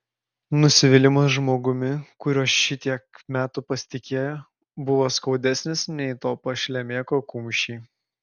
nusivylimas žmogumi kuriuo šitiek metų pasitikėjo buvo skaudesnis nei to pašlemėko kumščiai